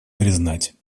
признать